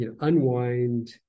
unwind